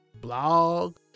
Blog